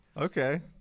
okay